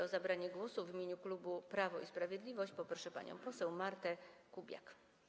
O zabranie głosu w imieniu klubu Prawo i Sprawiedliwość proszę panią poseł Martę Kubiak.